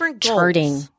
charting